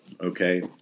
okay